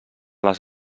les